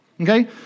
Okay